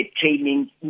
training